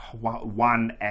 one